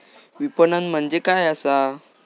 विपणन म्हणजे काय असा?